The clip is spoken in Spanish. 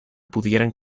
pudieran